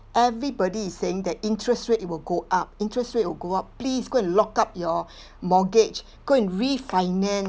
everybody is saying the interest rate it will go up interest rate will go up please go and lock up your mortgage go and refinance